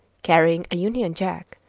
carrying a union jack,